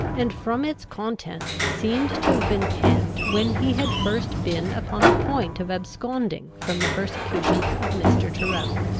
and from its contents seemed to have been penned when he had first been upon the point of absconding from the persecutions of mr. tyrrel.